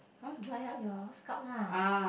dry up your scalp lah